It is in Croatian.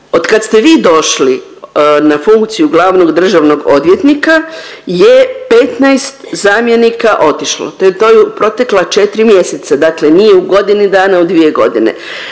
od kad ste vi došli na funkciju glavnog državnog odvjetnika je 15 zamjenika otišlo, to je u protekla četiri mjeseca, dakle nije u godini dana u dvije godine,